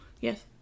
Yes